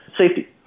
safety